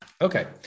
Okay